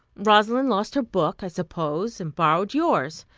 rosalind lost her book i suppose, and borrowed yours,